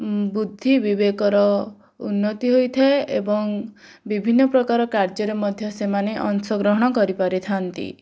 ବୁଦ୍ଧି ବିବେକର ଉନ୍ନତି ହୋଇଥାଏ ଏବଂ ବିଭିନ୍ନ ପ୍ରକାର କାର୍ଯ୍ୟରେ ସେମାନେ ମଧ୍ୟ ଅଂଶଗ୍ରହଣ କରିଥାନ୍ତି